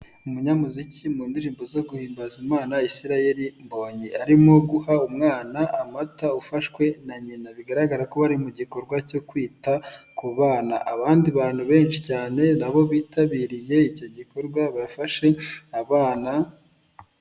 Umunyamuziki mu ndirimbo zo guhimbaza imana Isirayeri Mbonyi. Arimo guha umwana amata ufashwe na nyina, bigaragara ko bari mu gikorwa cyo kwita ku bana. Abandi bantu benshi cyane nabo bitabiriye icyo gikorwa bafashe abana.